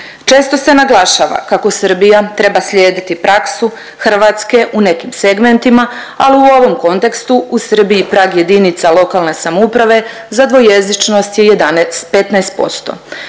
Često se naglašava kako Srbija treba slijediti praksu Hrvatske u nekim segmentima ali u ovom kontekstu u Srbiji prag jedinica lokalne samouprave za dvojezičnost je 11,